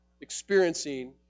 experiencing